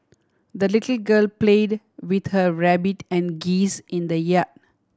the little girl played with her rabbit and geese in the yard